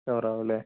കവറാകും അല്ലേ